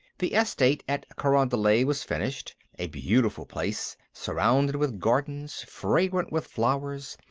the estate at carondelet was finished a beautiful place, surrounded with gardens, fragrant with flowers,